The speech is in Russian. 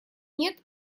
нет